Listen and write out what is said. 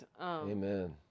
Amen